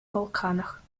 балканах